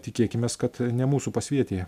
tikėkimės kad ne mūsų pasvietyje